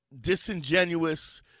disingenuous